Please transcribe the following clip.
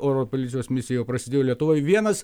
oro policijos misija jau prasidėjo lietuvoj vienas